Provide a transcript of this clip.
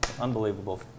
Unbelievable